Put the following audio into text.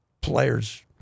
players